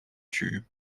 tube